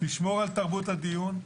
לשמור על תרבות הדיון,